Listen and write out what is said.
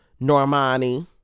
Normani